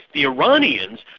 the iranians,